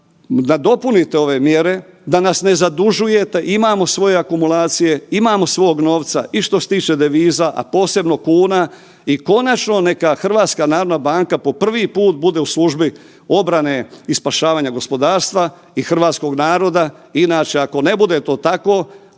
da nadopunite ove mjere, da nas ne zadužujete, imamo svoje akumulacije, imamo svog novca i što se tiče deviza, a posebno kuna i konačno neka HNB po prvi put bude u službi obrane i spašavanja gospodarstva i hrvatskog naroda. Inače, ako ne bude to tako,